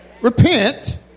Repent